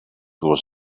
was